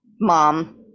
mom